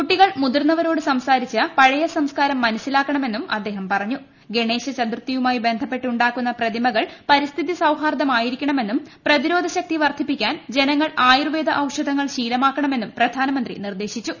കുട്ടികൾ മുതിർന്നവരോട് സംസാരിച്ച് പഴ്ചയ സംസ്കാരം മനസിലാക്കണമെന്നും ഗണേശ ചതുർത്ഥിയുമായി ബന്ധപ്പെട്ട് ഉണ്ടാക്കുന്ന പ്രതിമകൾ പരിസ്ഥിതി സൌഹാർദ്ദമായിരിക്കണമെന്നും പ്രതിരോധ ശക്തി വർദ്ധിപ്പിക്കാൻ ജനങ്ങൾ ആയുർവേദ ഔഷധങ്ങൾ ശീലമാക്കണമെന്നും പ്രധാനമന്ത്രി നിർദേശിച്ചു